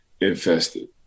infested